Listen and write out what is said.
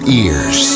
ears